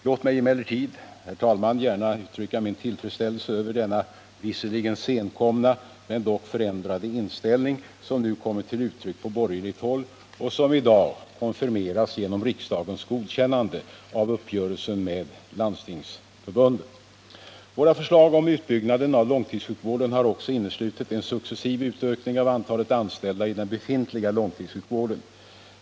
Låt mig emellertid, herr talman, gärna uttrycka min tillfredsställelse över denna, visserligen senkomna, förändrade inställning som nu kommit till uttryck på borgerligt håll och som i dag konfirmeras genom riksdagens godkännande av uppgörelsen med Landstingsförbundet. Våra förslag om utbyggnaden av långtidssjukvården har också inneslutit en successiv utökning av antalet anställda i den befintliga långtidssjukvården.